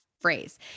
phrase